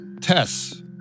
Tess